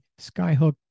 skyhook